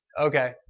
Okay